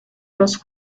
los